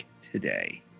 today